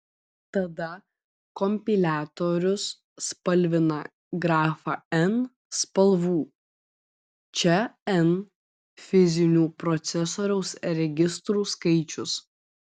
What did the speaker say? tada kompiliatorius spalvina grafą n spalvų čia n fizinių procesoriaus registrų skaičius